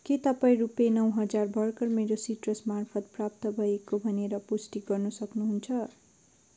के तपाईँ रुपियाँ नौ हजार भर्खर मेरो सिट्रस मार्फत प्राप्त भएको भनेर पुष्टि गर्नसक्नु हुन्छ